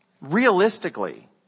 Realistically